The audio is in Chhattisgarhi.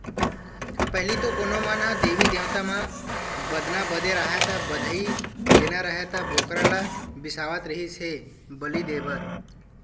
पहिली तो कोनो मन ह देवी देवता म बदना बदे राहय ता, बधई देना राहय त बोकरा ल बिसावत रिहिस हे बली देय बर